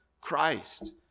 Christ